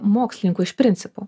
mokslininkų iš principo